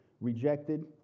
rejected